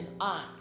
aunt